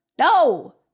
no